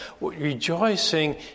rejoicing